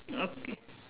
okay